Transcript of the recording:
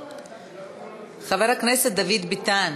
חבר הכנסת דוד ביטן.